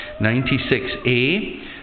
96a